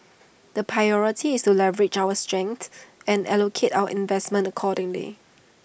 the priority is to leverage our strengths and allocate our investments accordingly